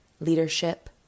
leadership